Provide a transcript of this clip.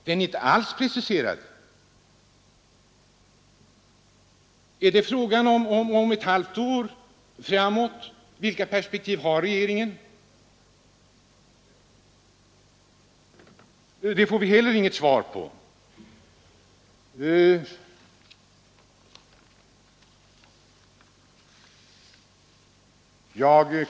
Den är inte alls preciserad. Skall den gälla sysselsättningsläget under ett halvt år framåt? Vilka perspektiv har regeringen? Det får vi heller inget besked om.